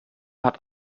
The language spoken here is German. hat